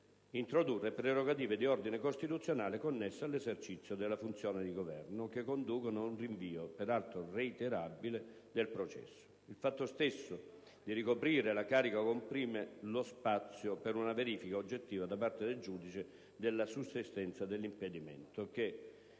introdurre prerogative di ordine costituzionale connesse all'esercizio della funzione di governo, che conducono ad un rinvio, peraltro reiterabile, del processo. Il fatto stesso di ricoprire la carica comprime lo spazio per una verifica oggettiva da parte del giudice della sussistenza dell'impedimento, che